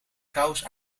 kous